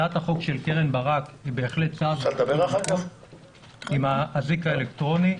הצעת החוק של קרן ברק עם האזיק האלקטרוני,